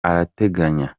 arateganya